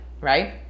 right